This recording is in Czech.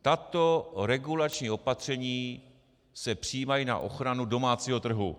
Tato regulační opatření se přijímají na ochranu domácího trhu.